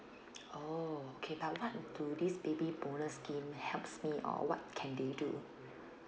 oh okay but what do this baby bonus scheme helps me or what can they do